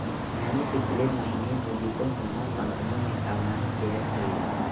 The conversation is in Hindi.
मैंने पिछले महीने मजीतो नामक कंपनी में सामान्य शेयर खरीदा